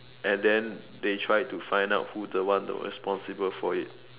and then they tried to find out who's the one that was responsible for it